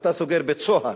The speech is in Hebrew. אתה סוגר בית-סוהר,